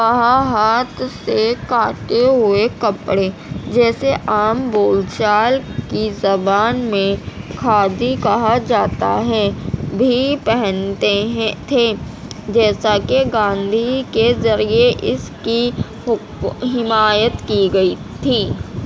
وہاں ہاتھ سے کاتے ہوئے کپڑے جیسے عام بول چال کی زبان میں کھادی کہا جاتا ہے بھی پہنتے ہیں تھے جیسا کہ گاندھی کے ذریعے اس کی حمایت کی گئی تھی